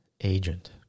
agent